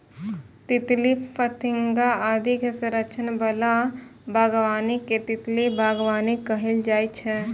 तितली, फतिंगा आदि के संरक्षण बला बागबानी कें तितली बागबानी कहल जाइ छै